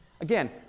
again